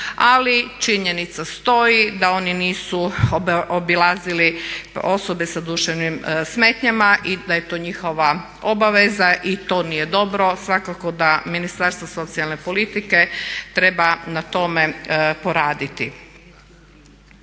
Ali činjenica stoji da oni nisu obilazili osobe sa duševnim smetnjama i da je to njihova obaveza i to nije dobro. Svakako da Ministarstvo socijalne politike treba na tome poraditi.